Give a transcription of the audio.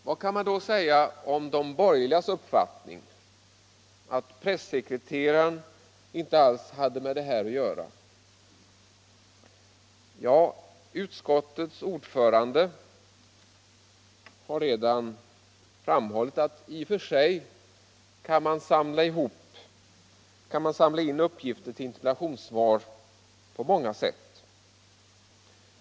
Vad kan man då säga om de borgerligas uppfattning att pressekretararen inte alls hade med det här att göra? Ja, utskottets ordförande har redan framhållit att man i och för sig kan samla in uppgifter till interpellationssvar på många sätt.